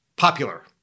popular